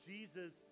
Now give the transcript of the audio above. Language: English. Jesus